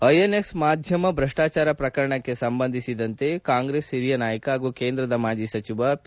INX ಮಾಧ್ಯಮ ಭ್ರಷ್ನಾಚಾರ ಪ್ರಕರಣಕ್ಕೆ ಸಂಬಂದಿಸಿದಂತೆ ಕಾಂಗ್ರೆಸ್ ಹಿರಿಯ ನಾಯಕ ಹಾಗೂ ಕೇಂದ್ರದ ಮಾಜಿ ಸಚಿವ ಪಿ